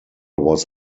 was